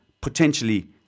potentially